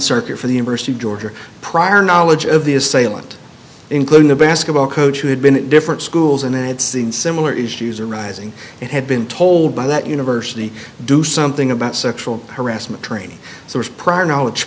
circuit for the university of georgia prior knowledge of the assailant including the basketball coach who had been at different schools and had seen similar issues arising and had been told by that university do something about sexual harassment training so that prior knowledge